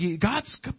God's